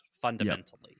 fundamentally